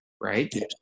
right